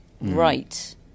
right